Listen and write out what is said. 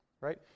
right